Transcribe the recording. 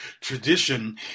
tradition